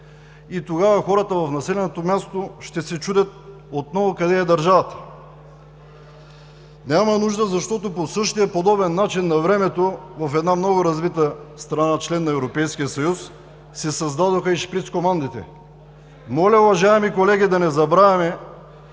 и тогава хората в населеното място ще се чудят отново къде е държавата. Няма нужда, защото по същия подобен начин навремето в една много развита страна – член на Европейския съюз, се създадоха и шпицкомандите. Уважаеми колеги, да не забравяме,